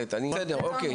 מלאה.